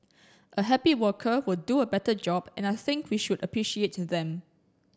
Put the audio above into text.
a happy worker will do a better job and I think we should appreciate to them